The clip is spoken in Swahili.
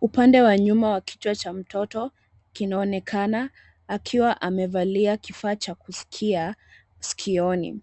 Upande wa nyuma wa kichwa cha mtoto kinaonekana akiwa amevalia kifaa cha kusikia sikioni.